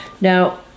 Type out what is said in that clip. Now